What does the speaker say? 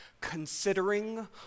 considering